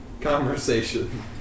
conversation